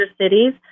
cities